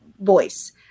voice